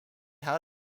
had